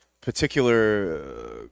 particular